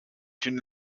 une